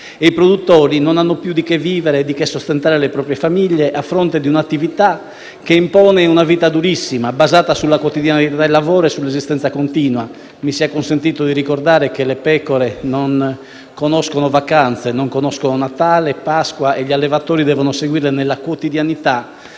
i produttori non hanno più di che vivere e di che sostentare le proprie famiglie a fronte di un'attività che impone una vita durissima, basata sulla quotidianità del lavoro e sulla resistenza continua. Mi sia consentito di ricordare che le pecore non conoscono vacanze, non conoscono Natale e Pasqua e gli allevatori devono seguirle nella quotidianità